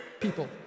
People